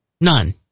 None